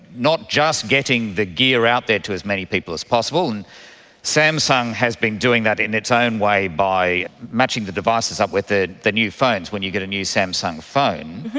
not just getting the gear out there to as many people as possible. and samsung has been doing that in its own way by matching the devices up with the the new phones, when you get a new samsung phone,